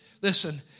Listen